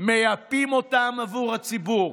מייפים אותם עבור הציבור.